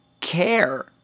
care